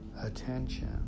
attention